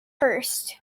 hurst